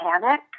panic